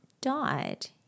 died